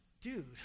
dude